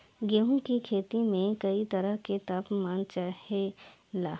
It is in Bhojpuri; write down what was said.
गेहू की खेती में कयी तरह के ताप मान चाहे ला